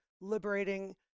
liberating